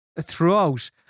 throughout